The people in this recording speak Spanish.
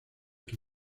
que